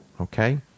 Okay